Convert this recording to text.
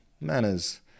Manners